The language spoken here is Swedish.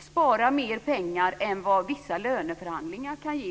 spara mer pengar än vad vissa löneförhandlingar kan ge.